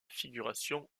figuration